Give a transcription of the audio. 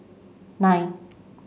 nine